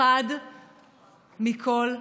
אחד מכל חמישה.